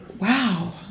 wow